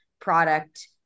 product